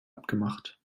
abgemacht